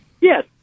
Yes